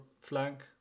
flank